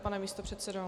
Pane místopředsedo...